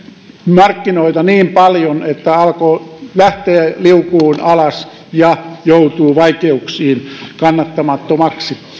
markkinoita niin paljon että alko lähtee liukumaan alas ja joutuu vaikeuksiin kannattamattomaksi